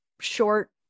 short